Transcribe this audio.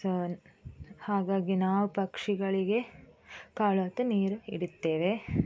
so ಹಾಗಾಗಿ ನಾವು ಪಕ್ಷಿಗಳಿಗೆ ಕಾಳು ಅಥವಾ ನೀರು ಇಡುತ್ತೇವೆ